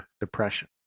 depression